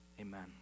Amen